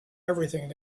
everything